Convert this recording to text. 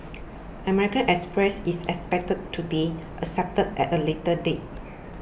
American Express is expected to be accepted at a later date